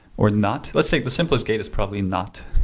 or not. let's say the simplest gate is probably not.